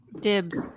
Dibs